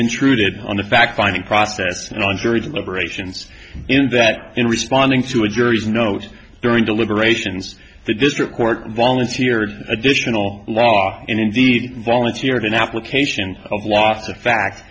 intruded on the fact finding process and on jury deliberations in that in responding to a jury's note during deliberations the district court volunteered additional law and indeed volunteered an application of law for the fact